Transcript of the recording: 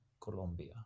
Colombia